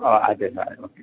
ഓ അതെ sir okay